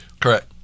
Correct